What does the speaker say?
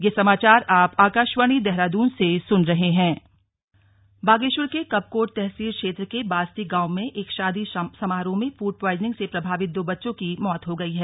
slug food poisoning Bageshwar के कपकोट तहसील क्षेत्र के बास्ती गांव में एक शादी समारोह में फूड प्वाइजनिंग से प्रभावित दो बच्चों की मौत हो गई है